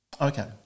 Okay